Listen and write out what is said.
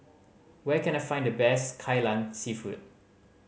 where can I find the best Kai Lan Seafood